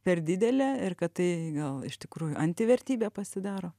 per didelė ir kad tai gal iš tikrųjų antivertybė pasidaro